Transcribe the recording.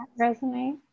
resonate